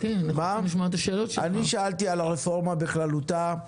שאלתי על הרפורמה בכללותה,